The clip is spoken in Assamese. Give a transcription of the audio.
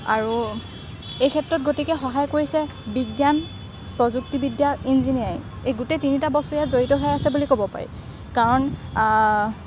আৰু এই ক্ষেত্ৰত গতিকে সহায় কৰিছে বিজ্ঞান প্ৰযুক্তিবিদ্যা ইঞ্জিনিয়াৰিং এই গোটেই তিনিটা বস্তু ইয়াত জড়িত হৈ আছে বুলি ক'ব পাৰি কাৰণ